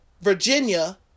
Virginia